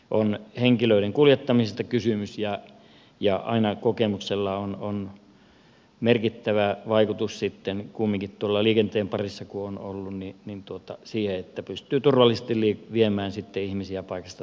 on henkilöiden kuljettamisesta kysymys ja kokemuksella kumminkin on merkittävä vaikutus liikenteen parissa niin että pystyy turvallisesti viemään ihmisiä paikasta toiseen